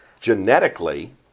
Genetically